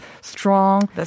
strong